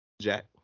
Jack